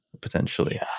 potentially